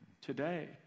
today